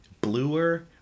bluer